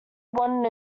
wanted